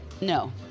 No